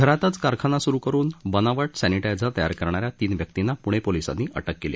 घरातच कारखाना स्रु करून बनावट सॅनिटायझर तयार करणाऱ्या तीन व्यक्तींना प्णे पोलीसांनी अटक केली